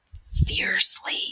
fiercely